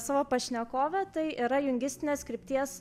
savo pašnekovę tai yra jungistinės krypties